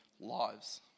lives